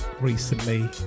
recently